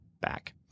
back